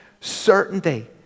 certainty